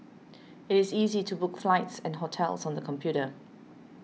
it is easy to book flights and hotels on the computer